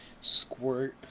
Squirt